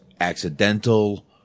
accidental